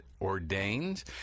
ordained